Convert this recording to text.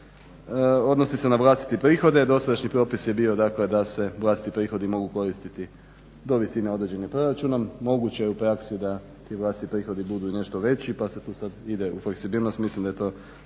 odnosi se na vlastite prihode. Dosadašnji propis je bio dakle da se vlastiti prihodi mogu koristiti do visine određene proračunom, moguće je u praksi da ti vlastiti prihodi budu i nešto veći pa se sad tu ide u fleksibilnost. Mislim da je to